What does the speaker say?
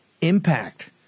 impact